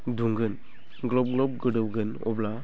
दुंगोन ग्लब ग्लब गोदौगोन अब्ला